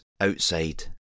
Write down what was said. outside